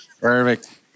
Perfect